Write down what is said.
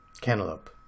Cantaloupe